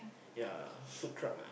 ya food club